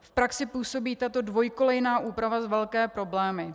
V praxi působí tato dvojkolejná úprava velké problémy.